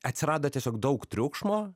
atsirado tiesiog daug triukšmo